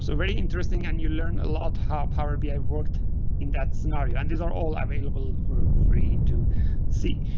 so very interesting and you learn a lot higher power be. i worked in that scenario and these are all available for free to see.